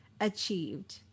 achieved